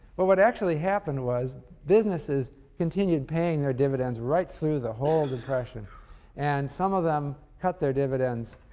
well, what actually happened was businesses continued paying their dividends right through the whole depression and some of them cut their dividends,